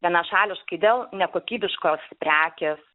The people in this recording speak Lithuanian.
vienašališkai dėl nekokybiškos prekės